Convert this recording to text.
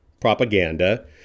propaganda